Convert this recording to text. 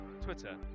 Twitter